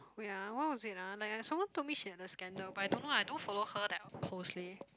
wait ah what was it lah like I someone told me she had a scandal but I don't know ah I don't follow her that closely